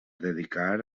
dedicar